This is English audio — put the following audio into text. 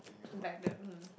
like that mm